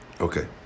Okay